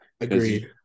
Agreed